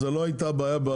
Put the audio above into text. זאת לא היתה הבעיה.